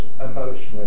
emotionally